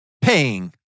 Paying